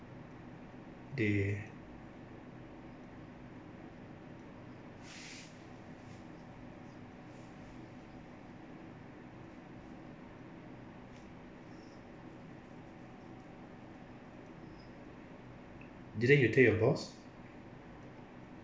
they didn't you tell your boss